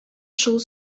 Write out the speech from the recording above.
шул